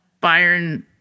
Byron